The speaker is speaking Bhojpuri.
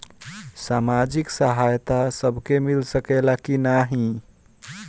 सामाजिक सहायता सबके मिल सकेला की नाहीं?